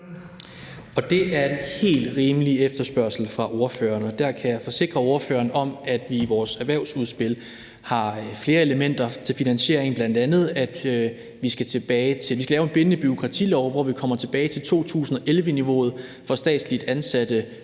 Det er en helt rimelig efterspørgsel fra ordføreren, og der kan jeg forsikre ordføreren om, at vi i vores erhvervsudspil har flere elementer om finansiering, bl.a. at vi skal lave en bindende bureaukratilov, som gør, at vi kommer tilbage til 2011-niveauet for statsligt ansatte,